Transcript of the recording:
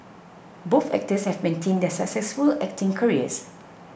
both actors have maintained their successful acting careers